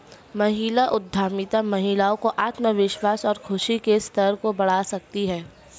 महिला उद्यमिता महिलाओं में आत्मविश्वास और खुशी के स्तर को बढ़ा सकती है